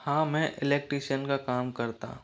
हाँ मैं इलेक्ट्रीशियन का काम करता हूँ